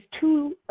two